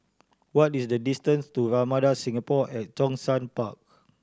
what is the distance to Ramada Singapore at Zhongshan Park